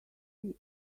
see